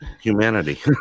humanity